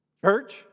church